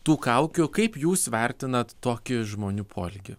tų kaukių kaip jūs vertinat tokį žmonių poelgį